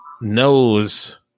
knows